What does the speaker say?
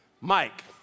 Mike